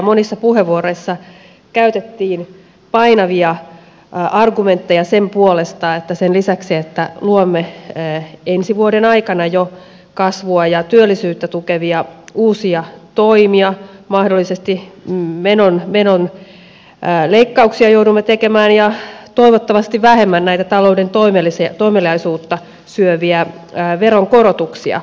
monissa puheenvuoroissa käytettiin painavia argumentteja sen puolesta että sen lisäksi että luomme jo ensi vuoden aikana kasvua ja työllisyyttä tukevia uusia toimia mahdollisesti menoleikkauksia joudumme tekemään ja toivottavasti vähemmän näitä talouden toimeliaisuutta syöviä veronkorotuksia